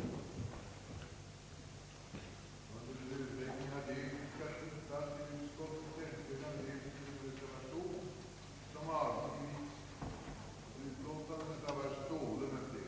Herr talman! Vid voteringen om bankoutskottets utlåtande nr 29 råkade jag tyvärr rösta fel. Jag avgav en